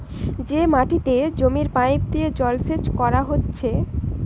যে মাটিতে জমির পাইপ দিয়ে জলসেচ কোরা হচ্ছে